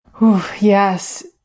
Yes